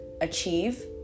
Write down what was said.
achieve